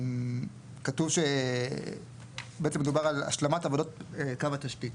כתוב שבעצם מדובר על השלמות קו התשתית.